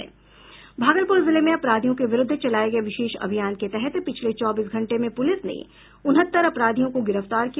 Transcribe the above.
भागलपुर जिले में अपराधियों के विरुद्ध चलाये गये विशेष अभियान के तहत पिछले चौबीस घंटे में पुलिस ने उनहत्तर अपराधियों को गिरफ्तार किया